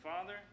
Father